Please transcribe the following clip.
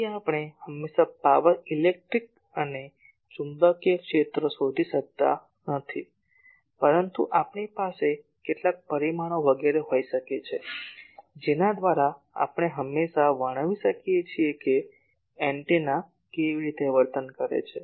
તેથી આપણે હંમેશાં પાવર ઇલેક્ટ્રિક અને ચુંબકીય ક્ષેત્રો શોધી શકતા નથી પરંતુ આપણી પાસે કેટલાક પરિમાણો વગેરે હોઈ શકે છે જેના દ્વારા આપણે હંમેશાં વર્ણવી શકીએ છીએ કે એન્ટેના કેવી રીતે વર્તન કરે છે